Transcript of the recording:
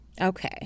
Okay